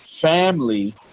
Family